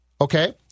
okay